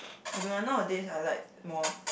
I don't want nowadays I like more